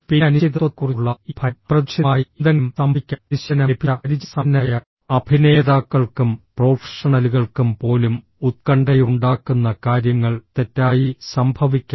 പിന്നെ അനിശ്ചിതത്വത്തെക്കുറിച്ചുള്ള ഈ ഭയം അപ്രതീക്ഷിതമായി എന്തെങ്കിലും സംഭവിക്കാം പരിശീലനം ലഭിച്ച പരിചയസമ്പന്നരായ അഭിനേതാക്കൾക്കും പ്രൊഫഷണലുകൾക്കും പോലും ഉത്കണ്ഠയുണ്ടാക്കുന്ന കാര്യങ്ങൾ തെറ്റായി സംഭവിക്കാം